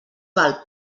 val